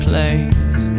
place